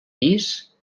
pis